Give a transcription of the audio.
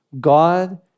God